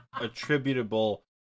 attributable